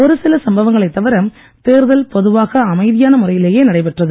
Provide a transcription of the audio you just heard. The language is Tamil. ஒரு சில சம்பவங்களை தவிர தேர்தல் பொதுவாக அமைதியான முறையிலேயே நடைபெற்றது